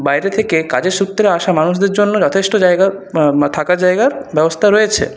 বাইরে থেকে কাজের সূত্রে আসা মানুষদের জন্য যথেষ্ট জায়গা থাকার জায়গার ব্যবস্থা রয়েছে